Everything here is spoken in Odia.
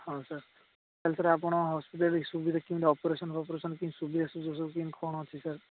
ହଁ ସାର୍ ତା'ହାଲେ ସାର୍ ଆପଣ ହସ୍ପିଟାଲ୍ରେ କେମିତି ଅପରେସନ୍ ଫପରେସନ୍ କେମିତି ସୁବିଧା ସୁଯୋଗ କେମିତି କ'ଣ ଅଛି ସାର୍